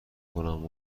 کنم